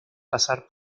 pasar